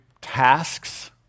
tasks